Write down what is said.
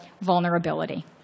vulnerability